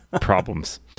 problems